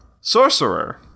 Sorcerer